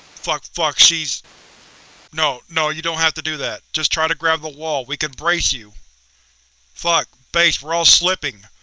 fuck, fuck, she's no, no, you don't have to do that, just try to grab the wall, we can brace you fuck, base, we're all slipping.